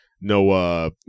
no